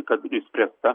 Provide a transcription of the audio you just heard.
kad išspęsta